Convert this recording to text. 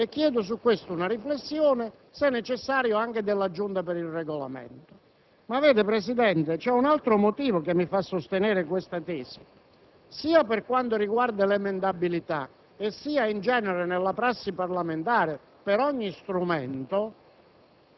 e chiedo su questo una riflessione, se necessario anche della Giunta per il Regolamento. Un altro motivo mi fa sostenere questa tesi: sia per quanto riguarda l'emendabilità, sia in genere nella prassi parlamentare, per ogni strumento